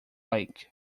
lake